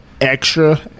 extra